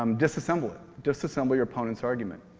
um disassemble it. disassemble your opponent's argument.